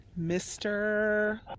Mr